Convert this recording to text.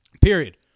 Period